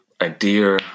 idea